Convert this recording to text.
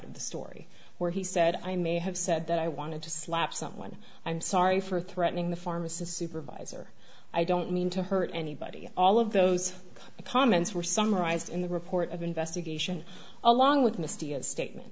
of the story where he said i may have said that i wanted to slap someone i'm sorry for threatening the pharmacist supervisor i don't mean to hurt anybody all of those comments were summarized in the report of investigation along with misty and statement